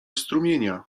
strumienia